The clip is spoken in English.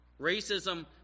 Racism